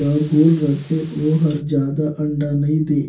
य गोल रथे ओ हर जादा अंडा नइ दे